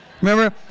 Remember